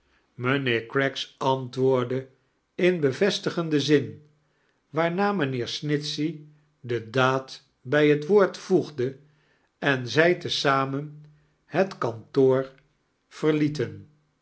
mqnheer craggs antwoordde in bevestigenden zin waarna mijnheer snitchey de daad bij het woord voegde en zij te zamen het kantoor verhet